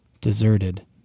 deserted